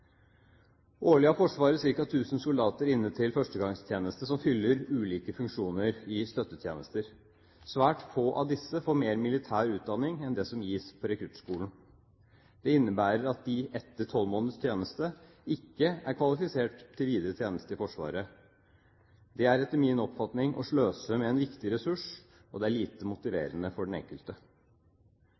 Årlig har Forsvaret inne til førstegangstjeneste ca. 1 000 soldater som fyller ulike funksjoner i støttetjenestene. Svært få av disse får mer militær utdanning enn det som gis på rekruttskolene. Det innebærer at de etter tolv måneders tjeneste ikke er kvalifisert til videre tjeneste i Forsvaret. Det er etter min oppfatning å sløse med en viktig ressurs, og det er lite motiverende for den enkelte.